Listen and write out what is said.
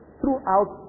throughout